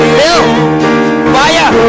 fire